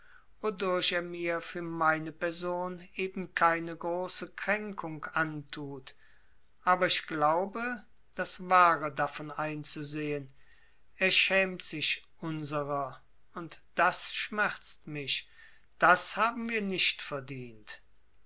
mir für meine person eben keine große kränkung antut aber ich glaube das wahre davon einzusehen er schämt sich unserer und das schmerzt mich das haben wir nicht verdient